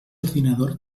ordinador